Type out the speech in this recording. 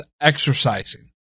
exercising